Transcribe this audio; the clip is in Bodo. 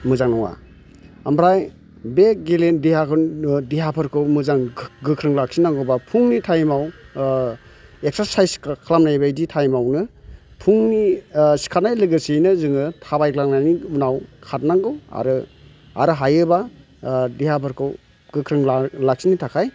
मोजां नङा ओमफ्राय बे देहाखौ देहाफोरखौ मोजां गोख्रों लाखिनांगौबा फुंनि टाइमआव एक्सारसाइस खालामनाय बायदि टाइमआवनो फुंनि सिखारनाय लोगोसेयैनो जोङो थाबायग्लांनायनि उनाव खारनांगौ आरो हायोबा देहाफोरखौ गोख्रों लाखिनो थाखाय